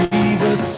Jesus